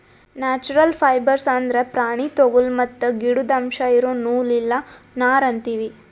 natural fibres ಅಂದ್ರ ಪ್ರಾಣಿ ತೊಗುಲ್ ಮತ್ತ್ ಗಿಡುದ್ ಅಂಶ್ ಇರೋ ನೂಲ್ ಇಲ್ಲ ನಾರ್ ಅಂತೀವಿ